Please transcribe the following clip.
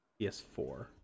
ps4